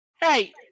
Hey